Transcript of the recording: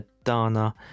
Adana